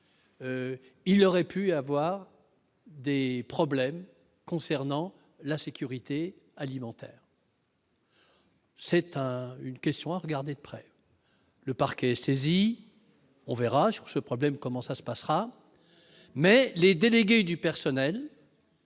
il aurait pu avoir des problèmes concernant la sécurité alimentaire. C'est un une question à regarder de près, le parquet est saisi, on verra sur ce problème, comment ça se passera mais les délégués du personnel.